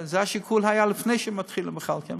זה היה השיקול לפני שמתחילים בכלל.